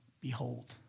Behold